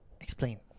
Explain